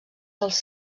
dels